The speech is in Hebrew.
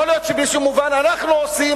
יכול להיות שבמובן כלשהו אנחנו עושים